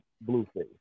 Blueface